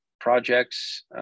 projects